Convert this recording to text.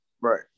Right